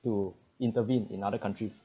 to intervene in other countries